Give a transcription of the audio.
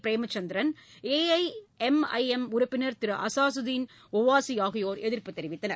Premachandran AIMIM உறுப்பினர் திரு அசாகதீன் ஒவாசிஆகியோர் எதிர்ப்பு தெரிவித்தனர்